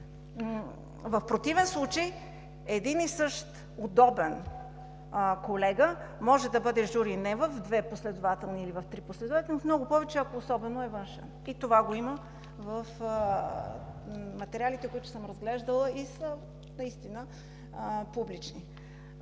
В противен случай един и същ удобен колега може да бъде жури не в две или три последователни, а в много повече, особено ако е външен и това го има в материалите, които съм разглеждала и са наистина публични.